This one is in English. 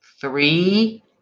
three